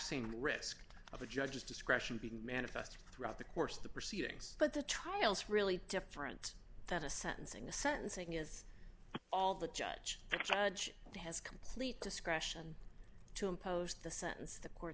same risk of a judge's discretion being manifest throughout the course of the proceedings but the trials really different that a sentencing the sentencing is all the judge the judge has complete discretion to impose the sentence the court